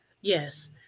Yes